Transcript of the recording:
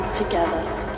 together